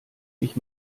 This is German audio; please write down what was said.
mich